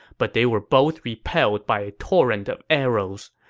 but they were both repelled by a torrent of arrows.